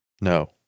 No